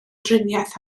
driniaeth